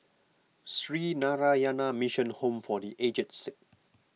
Sree Narayana Mission Home for the Aged Sick